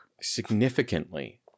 Significantly